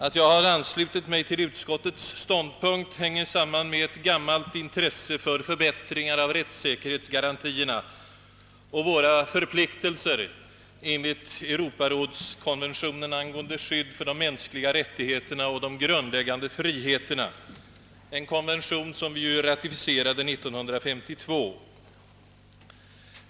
Att jag har anslutit mig till utskottets ståndpunkt hänger samman med ett gammalt intresse för förbättringar av rättssäkerhetsgarantierna och våra förpliktelser enligt Europarådskonventionen angående skydd för de mänskliga rättigheterna och de grundläggande fri heterna, en konvention som vi ratificerade år 1952.